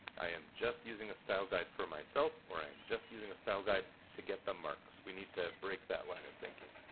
i am just using a style guide for myself, or, i am just using a style guide to get the marks. we need to break that line of thinking.